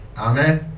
Amen